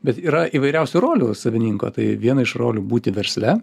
bet yra įvairiausių rolių savininko tai viena iš rolių būti versle